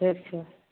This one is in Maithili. ठीक छै